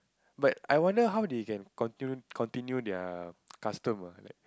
but I wonder how they can continue continue their custom ah like